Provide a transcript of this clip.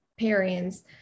parents